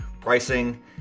Pricing